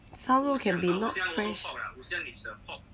烧肉 can be not fresh